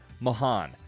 Mahan